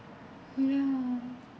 ya